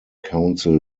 council